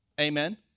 Amen